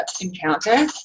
encounter